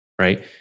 Right